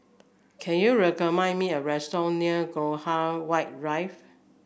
can you me a restaurant near Graham White Rive